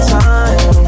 time